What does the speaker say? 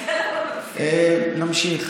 נמשיך.